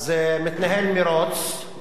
אז מתנהל מירוץ,